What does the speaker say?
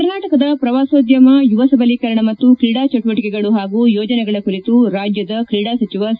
ಕರ್ನಾಟಕದ ಪ್ರವಾಸೋದ್ಯಮ ಯುವ ಸಬಲೀಕರಣ ಮತ್ತು ಕ್ರೀಡಾ ಚಟುವಟಿಕೆಗಳು ಹಾಗೂ ಯೋಜನೆಗಳ ಕುರಿತು ರಾಜ್ಯದ ಕ್ರೀಡಾ ಸಚಿವ ಸಿ